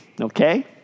okay